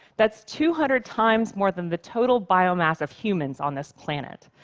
that's two hundred times more than the total biomass of humans on this planet.